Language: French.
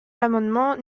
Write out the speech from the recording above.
l’amendement